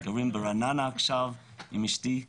אנחנו גרים ברעננה עכשיו, אני